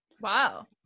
Wow